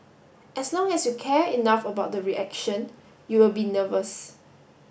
as long as you care enough about the reaction you will be nervous